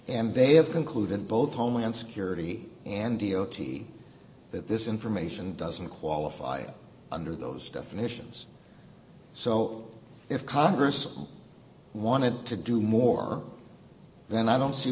and they have concluded both homeland security and d o t that this information doesn't qualify under those definitions so if congress wanted to do more then i don't see